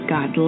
God